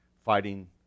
Fighting